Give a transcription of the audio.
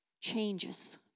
changes